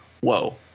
Whoa